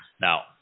Now